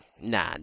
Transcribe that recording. nah